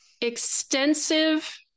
extensive